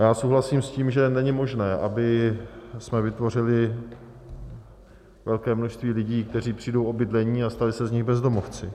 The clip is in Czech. A já souhlasím s tím, že není možné, abychom vytvořili velké množství lidí, kteří přijdou o bydlení, a stali se z nich bezdomovci.